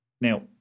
Now